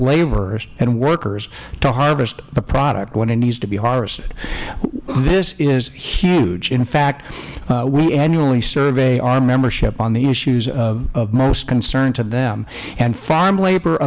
laborers and workers to harvest the product when it needs to be harvested this is huge in fact we annually survey our membership on the issues of most concern to them and farm labor